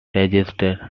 register